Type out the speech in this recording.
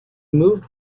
moved